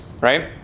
Right